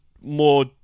more